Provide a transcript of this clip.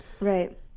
Right